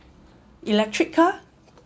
electric car